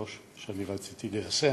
3, שאני רציתי ליישם,